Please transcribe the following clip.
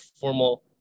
formal